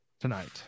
tonight